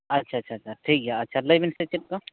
ᱟᱪᱪᱷᱟ ᱟᱪᱪᱷᱟ ᱴᱷᱤᱠ ᱜᱮᱭᱟ ᱟᱪᱪᱷᱟ ᱞᱟᱹᱭ ᱵᱤᱱ ᱪᱮᱫ ᱪᱮᱫ ᱠᱚ